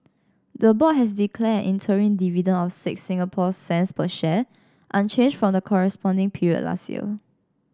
the board has declared interim dividend of six Singapore cents per share unchanged from the corresponding period last year